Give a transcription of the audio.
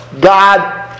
God